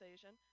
Asian